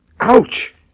Ouch